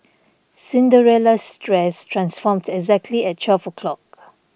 Cinderella's dress transformed exactly at twelve o' clock